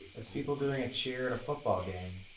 people doing a cheer at a football game.